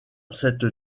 cette